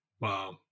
Wow